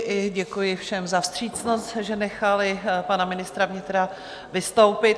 A děkuji i všem za vstřícnost, že nechali pana ministra vnitra vystoupit.